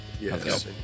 yes